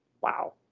wow